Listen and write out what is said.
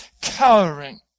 cowering